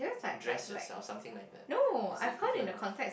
dress yourself something like that is the equivalent of